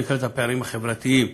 שנקראת הפערים החברתיים,